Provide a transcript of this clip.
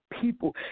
people